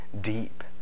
deep